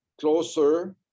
closer